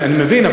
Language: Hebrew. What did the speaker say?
אני מבין,